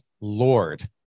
Lord